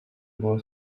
było